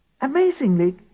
amazingly